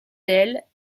ailes